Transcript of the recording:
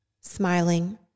smiling